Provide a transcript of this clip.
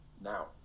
now